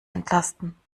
entlasten